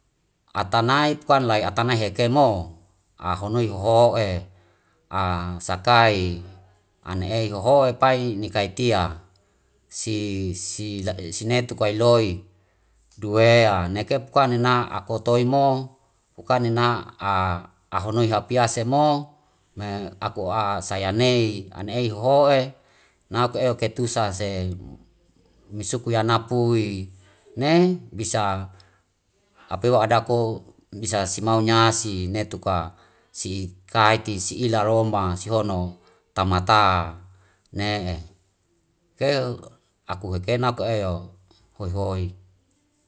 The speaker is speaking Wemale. Atanai kan atanai heke mo ahonoi hoho'e sakai ane ei hoho'e pai ni kaitia si sine tukai loi duwe'a neke puka nena aku toi mo, puka nena ahonoi hapiase mo me aku saya nei an ei hoho'e na ku'e ketusa se misuku yana pui. Ne bisa apewa ada ko bisa simau nyai si ne tuka si kaiti si ila roma si hono tamata ne'e ke aku heke naku eo hoi hoi.